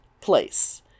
place